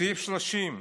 סעיף 30,